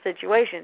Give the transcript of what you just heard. situation